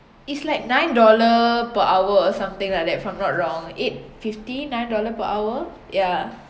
it's like nine dollar per hour or something like that if I'm not wrong eight fifty nine dollar per hour ya